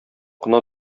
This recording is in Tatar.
кына